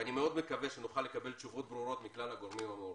ואני מאוד מקווה שנוכל לקבל תשובות ברורות מכלל הגורמים המעורבים.